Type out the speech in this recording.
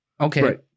Okay